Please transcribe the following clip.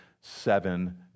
seven